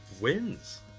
wins